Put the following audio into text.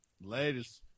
Ladies